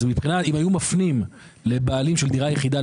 אז אם היו מפנים לבעלים של דירה יחידה,